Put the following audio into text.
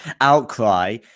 outcry